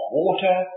water